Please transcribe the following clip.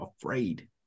afraid